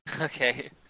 Okay